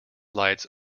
lights